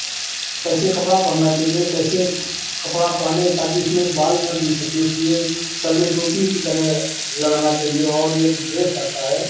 कैसे कपड़ा पहनना चाहिए कैसे कपड़ा पहनने ताकि उसमें बाल न गिर सके इसलिए सर में टोपी की तरह लगाना चाहिए और एक ड्रेस आता है